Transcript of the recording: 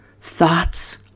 thoughts